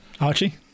Archie